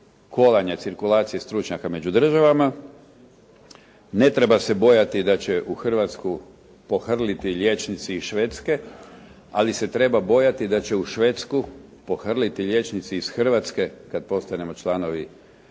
kovanja cirkulacije stručnjaka među državama. Ne treba se bojati da će u Hrvatsku pohrliti liječnici iz Švedske, ali se treba bojati da će u Švedsku pohrliti liječnici iz Hrvatske kad postanemo članovi Europske